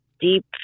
deep